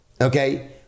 okay